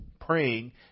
praying